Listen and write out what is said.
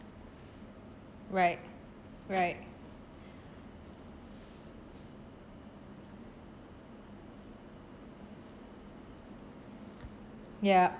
right right ya